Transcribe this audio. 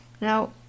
Now